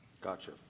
Gotcha